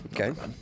Okay